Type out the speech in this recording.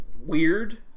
weird